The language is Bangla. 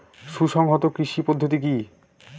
সুসংহত কৃষি পদ্ধতি কি?